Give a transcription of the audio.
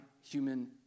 human